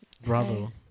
Bravo